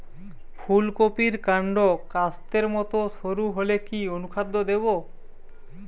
ফুলকপির কান্ড কাস্তের মত সরু হলে কি অনুখাদ্য দেবো?